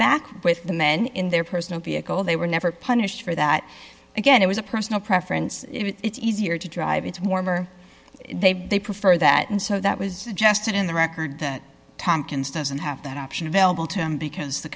back with the men in their personal vehicle they were never punished for that again it was a personal preference it's easier to drive it's warmer they they prefer that and so that was just in the record that tomkins doesn't have that option available to him because the